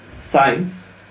science